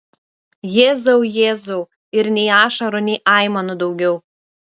jėzau jėzau ir nei ašarų nei aimanų daugiau